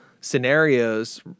scenarios